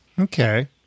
Okay